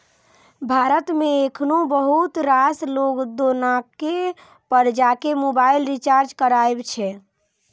भारत मे एखनो बहुत रास लोग दोकाने पर जाके मोबाइल रिचार्ज कराबै छै